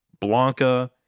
Blanca